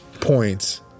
points